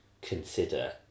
consider